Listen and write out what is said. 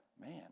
man